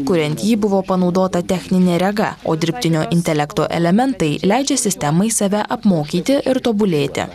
kuriant jį buvo panaudota techninė rega o dirbtinio intelekto elementai leidžia sistemai save apmokyti ir tobulėti